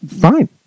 Fine